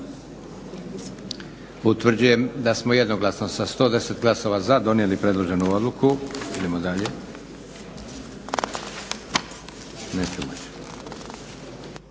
Utvrđujem da smo jednoglasno sa 110 glasova za donijeli predloženu odluku. Idemo dalje.